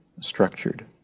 structured